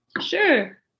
sure